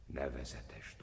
nevezetes